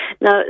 now